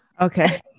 Okay